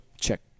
check